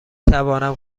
توانم